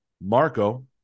Marco